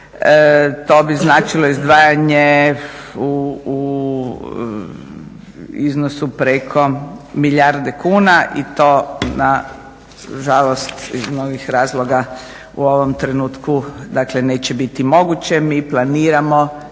To bi značilo izdvajanje u iznosu preko milijarde kuna i to na žalost novih razloga u ovom trenutku dakle neće biti moguće. Mi planiramo